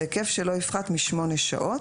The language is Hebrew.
בהיקף שלא יפחת משמונה שעות,